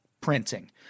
printing